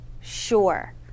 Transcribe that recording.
sure